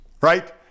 right